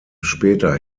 später